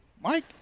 Mike